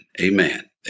Amen